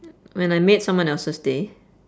when I made someone else's day